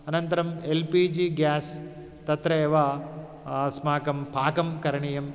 अनन्तरं L P G gas तत्र एव अस्माकं पाकं करणीयम्